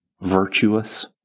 Virtuous